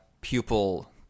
pupil